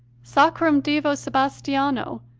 sacrum divo sebastiano,